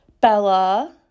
Bella